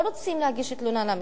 לא רוצים להגיש תלונה למשטרה,